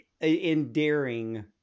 endearing